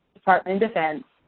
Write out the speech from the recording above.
department of defense,